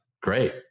great